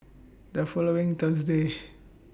The following Thursday